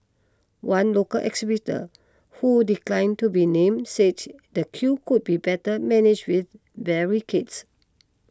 one local exhibitor who declined to be named said the queue could be better managed with barricades